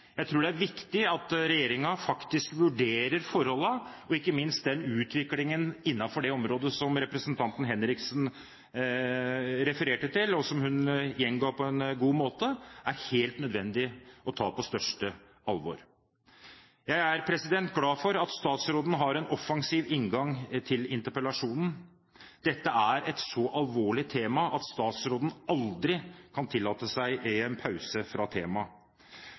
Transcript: Jeg tror det er viktig at regjeringen faktisk vurderer forholdene, ikke minst utviklingen innenfor det området som representanten Henriksen refererte til, og som hun gjenga på en god måte. Det er det helt nødvendig å ta på største alvor. Jeg er glad for at statsråden har en offensiv inngang til interpellasjonen. Dette er et så alvorlig tema at statsråden aldri kan tillate seg en pause fra temaet.